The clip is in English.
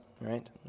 right